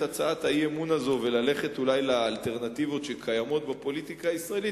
וללכת אולי לאלטרנטיבות שקיימות בפוליטיקה הישראלית,